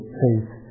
faith